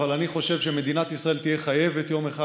אבל אני חושב שמדינת ישראל תהיה חייבת יום אחד